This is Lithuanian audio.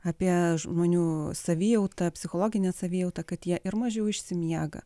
apie žmonių savijautą psichologinę savijautą kad jie ir mažiau išsimiega